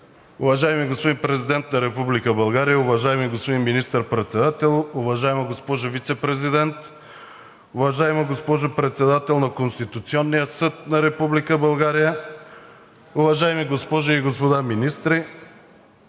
уважаеми госпожи и господа министри,